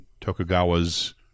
Tokugawa's